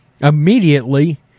Immediately